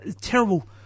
terrible